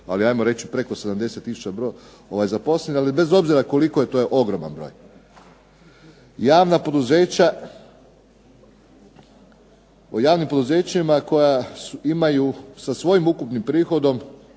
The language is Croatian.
ali ajmo reći preko 70 tisuća zaposlenih. Ali bez obzira koliko, to je ogroman broj. Javna poduzeća, o javnim poduzećima koja imaju sa svojim ukupnim prihodom